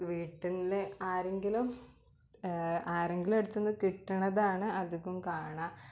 വീട്ടിലെ ആരെങ്കിലും ആരെങ്കിലും അടുത്തൊന്ന് കിട്ടണതാണ് അധികം കാണുക അല്ലാതെ